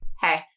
hey